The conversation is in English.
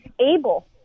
able